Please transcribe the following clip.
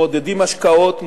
מעודדים השקעות,